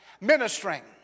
ministering